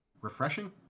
refreshing